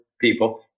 people